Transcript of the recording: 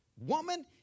Woman